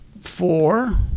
four